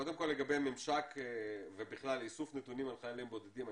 קודם כל לגבי הממשק ובכלל לאיסוף נתונים על חיילים בודדים,